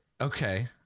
okay